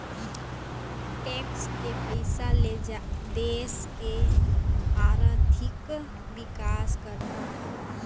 tax के पइसा ले देश के आरथिक बिकास करना